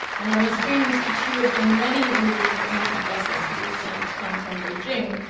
and on the screen, you see two of the many images of ancient vessels he was sent from beijing.